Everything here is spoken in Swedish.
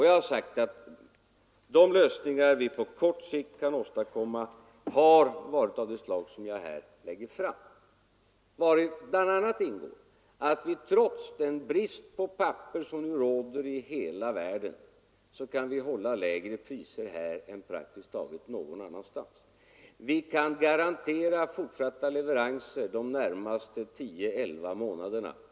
Jag har sagt att de lösningar vi på kort sikt kan åstadkomma har varit av det slag jag här redovisat. Däri har bl.a. ingått att vi, trots den brist på papper som nu råder i hela världen, kan hålla lägre priser här än praktiskt taget någon annanstans. Vi kan garantera fortsatta leveranser de närmaste tio, elva månaderna.